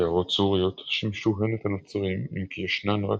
קערות סוריות שימשו הן את הנוצרים אם כי ישנן רק